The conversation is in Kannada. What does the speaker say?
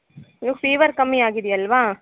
ಇನ್ನು ಫೀವರ್ ಕಮ್ಮಿ ಆಗಿದೆ ಅಲ್ವಾ